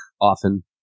often